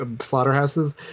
slaughterhouses